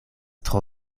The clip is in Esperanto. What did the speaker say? tro